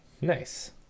Nice